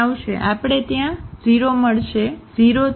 તેથી આપણે ત્યાં 0 મળશે 0 ત્યાં ત્યાં 1